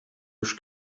już